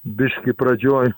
biškį pradžioj